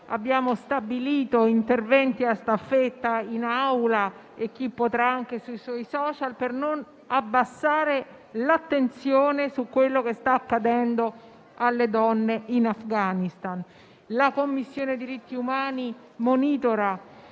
abbiamo stabilito interventi a staffetta in Aula - per chi potrà anche sui suoi *social* - per non abbassare l'attenzione su quanto sta accadendo alle donne in Afghanistan. La Commissione diritti umani monitora